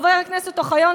חבר הכנסת אוחיון,